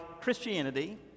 Christianity